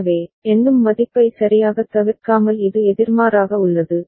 எனவே எண்ணும் மதிப்பை சரியாகத் தவிர்க்காமல் இது எதிர்மாறாக உள்ளது